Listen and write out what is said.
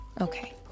okay